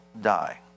die